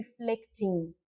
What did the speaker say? reflecting